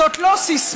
זאת לא סיסמה,